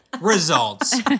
results